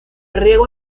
riego